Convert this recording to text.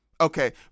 Okay